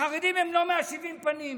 החרדים הם לא משבעים הפנים.